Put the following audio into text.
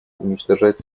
уничтожать